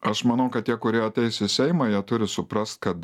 aš manau kad tie kurie ateis į seimą jie turi suprast kad